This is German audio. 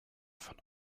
von